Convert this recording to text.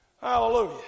Hallelujah